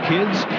Kids